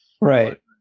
Right